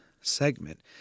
segment